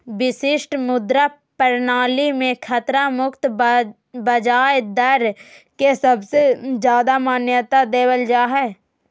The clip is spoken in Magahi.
विशेष मुद्रा प्रणाली मे खतरा मुक्त ब्याज दर के सबसे ज्यादा मान्यता देवल जा हय